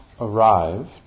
arrived